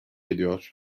ediyor